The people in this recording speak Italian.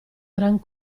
gran